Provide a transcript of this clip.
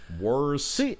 Worse